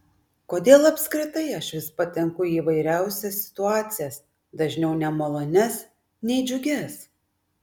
kodėl apskritai aš vis patenku į įvairiausias situacijas dažniau nemalonias nei džiugias